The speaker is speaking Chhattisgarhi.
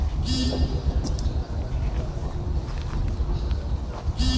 मोला किराया मा चलाए बर नवा गाड़ी लेहे के ऋण मिलिस सकत हे का?